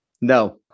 No